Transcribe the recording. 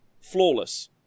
flawless